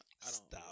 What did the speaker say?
stop